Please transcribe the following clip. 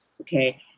okay